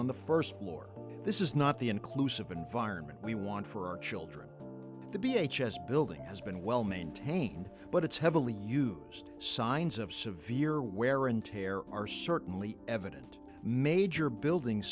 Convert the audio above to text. on the first floor this is not the inclusive environment we want for our children to be h s building has been well maintained but it's heavily used signs of severe wear and tear are certainly evident major building